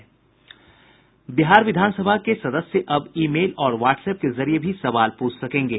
बिहार विधान सभा के सदस्य अब ई मेल और वाट्सएप के जरिये भी सवाल प्रछ सकेंगे